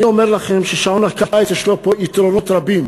אני אומר לכם שלשעון קיץ יש יתרונות רבים.